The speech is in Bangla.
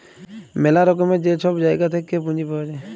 ম্যালা রকমের যে ছব জায়গা থ্যাইকে পুঁজি পাউয়া যায়